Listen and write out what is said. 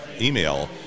email